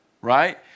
right